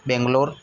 Bangalore